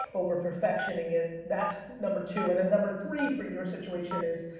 over perfecting it, that's number two. and then, number three for your situation is,